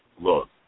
look